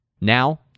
Now